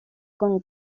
con